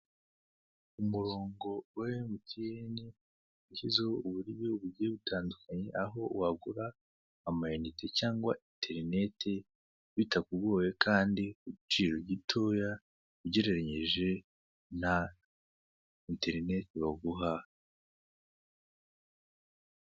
Umurongo wa emutiyene washyizeho uburyo bugiye butandukanye aho wagura amayinite cyangwa interinete bitakugoye kandi ku giciro gitoya ugereranyije na enterinete baguha.